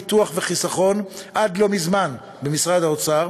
ביטוח וחיסכון עד לא מזמן במשרד האוצר